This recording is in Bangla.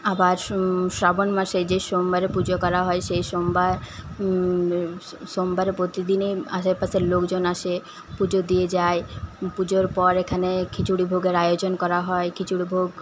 আবার শ্রাবণ মাসে যে সোমবারে পুজো করা হয় সেই সোমবার সোমবারে প্রতিদিনই আশেপাশের লোকজন আসে পুজো দিয়ে যায় পুজোর পর এখানে খিচুড়ি ভোগের আয়োজন করা হয় খিচুড়ি ভোগ